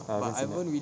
ah I haven't seen that